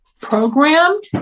programmed